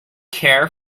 care